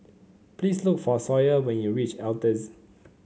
please look for Sawyer when you reach Altez